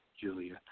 Julia